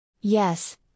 Yes